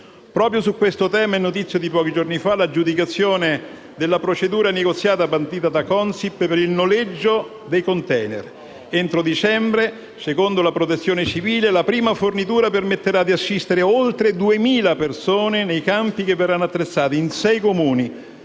Proprio su questo tema, è notizia di pochi giorni fa l'aggiudicazione della procedura negoziata bandita da Consip per il noleggio dei *container*. Entro dicembre, secondo la Protezione civile, la prima fornitura permetterà di assistere oltre 2000 persone nei campi che verranno attrezzati in sei Comuni